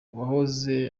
uwahoze